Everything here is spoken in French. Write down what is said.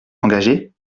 engagé